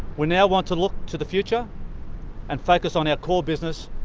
we now want to look to the future and focus on our core business,